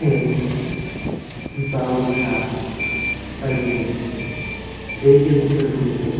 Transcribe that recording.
पेस FIFA world cup बायदि बायदि बे गेम्स फोरखौ जों